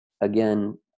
again